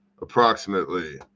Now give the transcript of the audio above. approximately